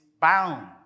bound